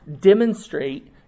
demonstrate